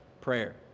prayer